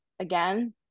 again